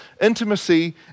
intimacy